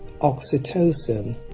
oxytocin